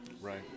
Right